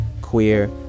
queer